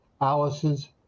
Alice's